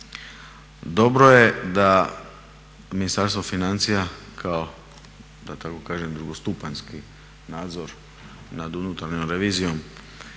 dobro je da Ministarstvo financija kao da tako kažem drugostupanjski nadzor nad unutarnjom revizijom